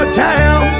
town